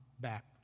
back